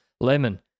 Lemon